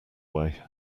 way